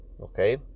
okay